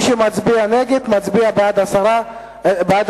מי שמצביע נגד, מצביע בעד הסרת הנושא.